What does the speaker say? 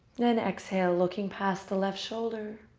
then exhale, looking past the left shoulder.